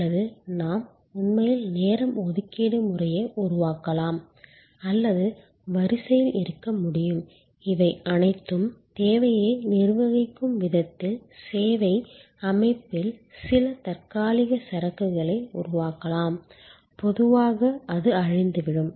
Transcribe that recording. அல்லது நாம் உண்மையில் நேரம் ஒதுக்கீடு முறையை உருவாக்கலாம் அல்லது வரிசையில் இருக்க முடியும் இவை அனைத்தும் தேவையை நிர்வகிக்கும் விதத்தில் சேவை அமைப்பில் சில தற்காலிக சரக்குகளை உருவாக்கும் பொதுவாக அது அழிந்துவிடும்